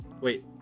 wait